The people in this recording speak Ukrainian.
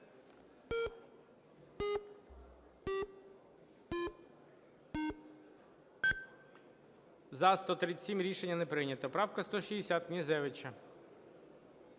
За-137 Рішення не прийнято. Правка 160, Князевича.